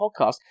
podcast